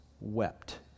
wept